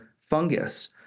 fungus